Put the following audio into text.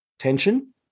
tension